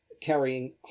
carrying